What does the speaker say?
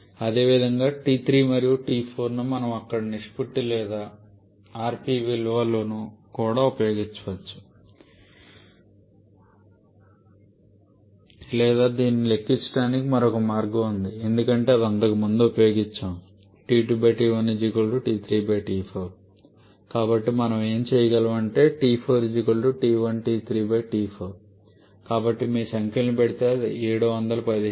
అదేవిధంగా T3 మరియు T4 ను మనం అక్కడ నిష్పత్తి లేదా rp విలువను కూడా ఉపయోగించుకోవచ్చు లేదా దీన్ని లెక్కించడానికి మరొక మార్గం ఉంది ఎందుకంటే అది అంతకుముందు ఉపయోగించాము కాబట్టి మనం ఏమి చేయగలం అంటే కాబట్టి మీరు సంఖ్యలను పెడితే అది 717